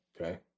Okay